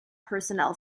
personnel